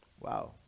Wow